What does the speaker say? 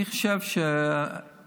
אני חושב שהנושאים